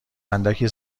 اندکی